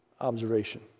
observation